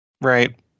right